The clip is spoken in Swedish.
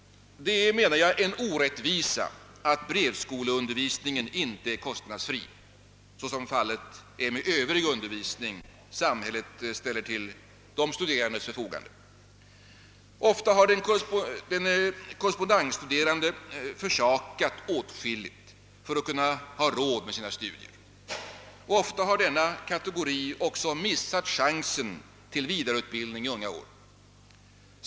Jag menar att det är en orättvisa, att brevskoleundervisningen inte är kostnadsfri så som fallet är med övrig undervisning som samhället ställer till de studerandes förfogande. Ofta har den korrespondensstuderande försakat åtskilligt för att kunna ha råd med sina studier, ofta har denna kategori också missat chansen till vidareutbildning i unga år.